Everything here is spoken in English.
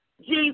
Jesus